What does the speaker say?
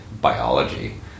biology